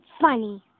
funny